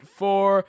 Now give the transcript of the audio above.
four